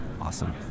Awesome